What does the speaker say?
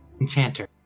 Enchanter